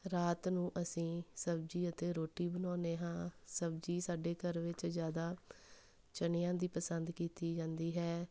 ਰਾਤ ਨੂੰ ਅਸੀਂ ਸਬਜ਼ੀ ਅਤੇ ਰੋਟੀ ਬਣਾਉਂਦੇ ਹਾਂ ਸਬਜ਼ੀ ਸਾਡੇ ਘਰ ਵਿੱਚ ਜ਼ਿਆਦਾ ਚਨਿਆਂ ਦੀ ਪਸੰਦ ਕੀਤੀ ਜਾਂਦੀ ਹੈ